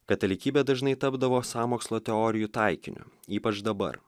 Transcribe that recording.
katalikybė dažnai tapdavo sąmokslo teorijų taikiniu ypač dabar